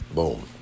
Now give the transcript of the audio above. Boom